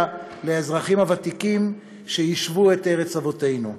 לאזרחים הוותיקים שיישבו את ארץ אבותינו.